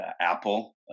Apple